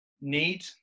need